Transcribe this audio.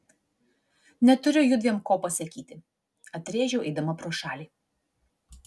neturiu judviem ko pasakyti atrėžiau eidama pro šalį